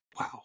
Wow